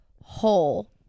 whole